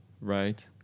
right